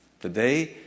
Today